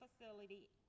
facility